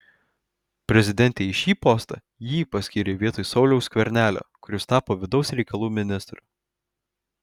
prezidentė į šį postą jį paskyrė vietoj sauliaus skvernelio kuris tapo vidaus reikalų ministru